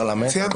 פרלמנטריות,